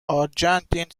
argentine